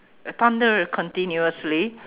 a thunder continuously